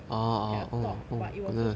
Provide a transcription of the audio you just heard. had a talk but it was so sudden